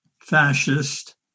fascist